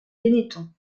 benetton